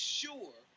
sure